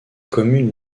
communes